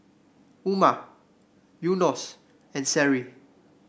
Umar Yunos and Seri